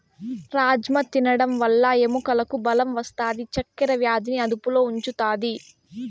రాజ్మ తినడం వల్ల ఎముకలకు బలం వస్తాది, చక్కర వ్యాధిని అదుపులో ఉంచుతాది